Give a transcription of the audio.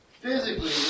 physically